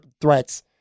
threats